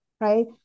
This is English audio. right